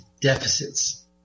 deficits